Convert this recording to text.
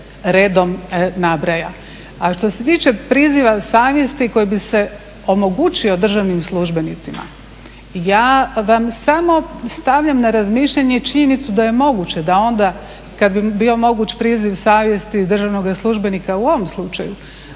redom nabraja. A što se tiče prizva savjesti koji bi se omogućio državnim službenicima ja vam samo stavljam na razmišljanje činjenicu da je moguće da onda kada bi bio moguć priziv savjesti državnoga službenika u ovom slučaju